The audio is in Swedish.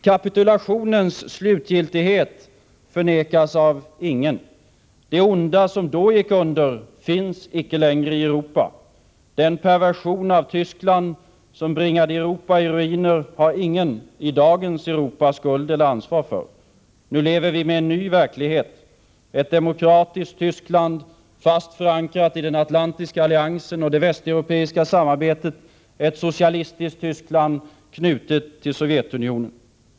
Kapitulationens slutgiltighet förnekas av ingen. Det onda som da gick kland som bringade under finns icke längre i Europa. Den perversion av Tys Europa i ruiner har ingen i dagens Europa skuld eller ansvar för. Nu lever vi med en ny verklighet, ett demokratiskt Tyskland fast förankrat i den atlantiska alliansen och det västeuropeiska samarbetet och ett socialistiskt Tyskland knutet till Sovjetunionen.